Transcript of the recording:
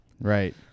right